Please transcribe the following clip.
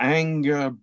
anger